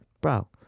Bro